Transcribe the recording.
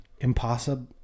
impossible